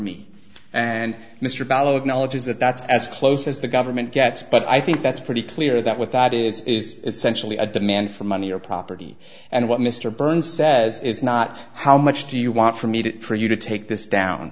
me and mr ballo acknowledges that that's as close as the government gets but i think that's pretty clear that what that is is essentially a demand for money or property and what mr burns says is not how much do you want for me to for you to take this down